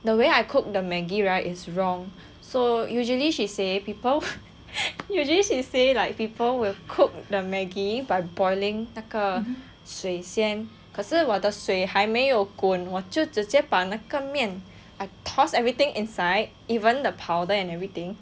the way I cook the Maggi right is wrong so usually she say people usually she say like people will cook the Maggi by boiling 那个水先可是我的水还没有滚我就直接把那个面 I toss everything inside even the powder and everything